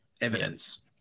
evidence